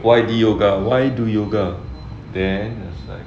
why do yoga why do yoga then like